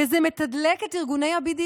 וזה מתדלק את ארגוני ה-BDS.